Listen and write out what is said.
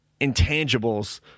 intangibles